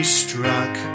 struck